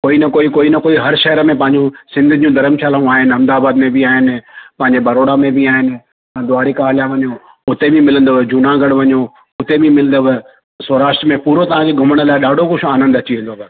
कोई न कोई न कोई हर शहर में पंहिंजो सिंधियुनि जूं धर्मशालाऊं आहिनि अहमदाबाद में बि आहिनि पंहिंजे बड़ौदा में बि आहिनि द्वारका हलिया वञो उते बि मिलंदव जूनागढ़ वञो उते बि मिलंदव सौराष्ट्र में पूरो तव्हांखे घुमण लाइ ॾाढो कुझु आनंद अची वेंदव